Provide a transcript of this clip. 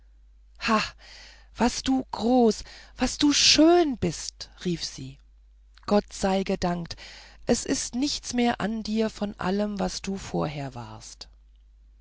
was du groß was du schön bist rief sie gott sei gedankt es ist nichts mehr an dir von allem wie du vorher warst